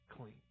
clean